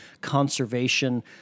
conservation